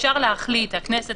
הכנסת